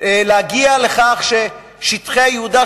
להגיע לכך ששטחי יהודה,